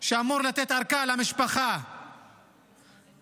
שאמור לתת ארכה למשפחה ולרשויות,